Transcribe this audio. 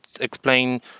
explain